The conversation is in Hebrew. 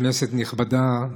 כנסת נכבדה,